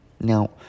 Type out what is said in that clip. Now